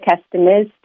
customers